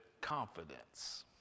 confidence